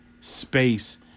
space